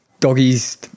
doggies